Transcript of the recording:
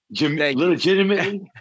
Legitimately